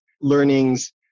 learnings